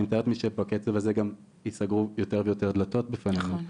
מתאר לעצמי שבקצב הזה גם ייסגרו יותר ויותר דלתות בפנינו.